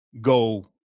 go